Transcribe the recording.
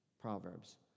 Proverbs